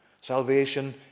Salvation